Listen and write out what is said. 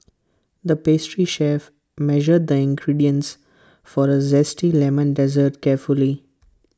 the pastry chef measured the ingredients for A Zesty Lemon Dessert carefully